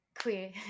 queer